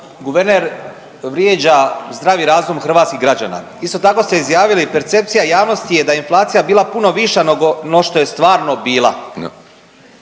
guverner vrijeđa zdravi razum hrvatskih građana. Isto tako ste izjavili, percepcija javnosti je da je inflacija bila puno viša no što je stvarno bila.